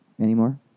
anymore